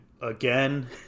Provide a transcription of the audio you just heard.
again